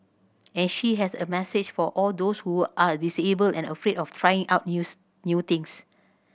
and she has a message for all those who are disabled and afraid of trying out news new things